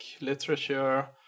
literature